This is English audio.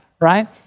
right